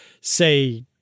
say